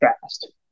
fast